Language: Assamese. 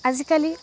আজিকালি